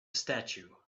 statue